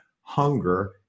hunger